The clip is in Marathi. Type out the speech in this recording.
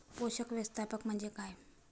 पोषक व्यवस्थापन म्हणजे काय?